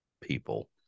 people